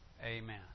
Amen